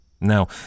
Now